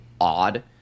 odd